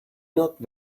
not